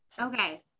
Okay